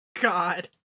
God